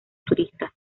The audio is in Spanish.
turistas